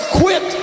quit